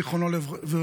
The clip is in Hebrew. ירו בו.